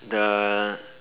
the